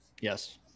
Yes